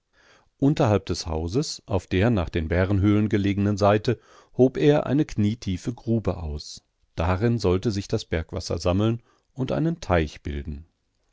unterhalb des hauses auf der nach den bärenhöhlen gelegenen seite hob er eine knietiefe grube aus darin sollte sich das bergwasser sammeln und einen teich bilden